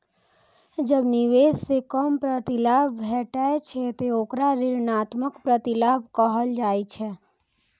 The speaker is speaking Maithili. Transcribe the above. जब निवेश सं कम प्रतिलाभ भेटै छै, ते ओकरा ऋणात्मक प्रतिलाभ कहल जाइ छै